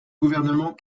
gouvernements